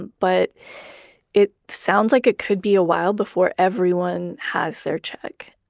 but it sounds like it could be a while before everyone has their check.